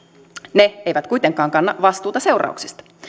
ne eivät kuitenkaan kanna vastuuta seurauksista